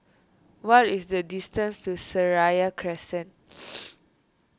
what is the distance to Seraya Crescent